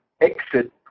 exit